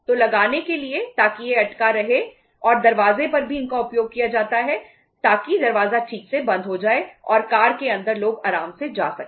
तो लगाने के लिए ताकि यह अटका रहे और दरवाजे पर भी इनका उपयोग किया जाता है ताकि दरवाजा ठीक से बन्द हो जाए और कार के अंदर लोग आराम से जा सकें